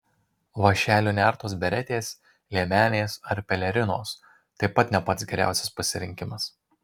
vąšeliu nertos beretės liemenės ar pelerinos taip pat ne pats geriausias pasirinkimas